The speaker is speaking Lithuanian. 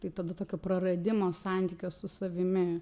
tai tada tokio praradimo santykio su savimi